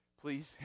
Please